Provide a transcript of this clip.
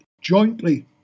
jointly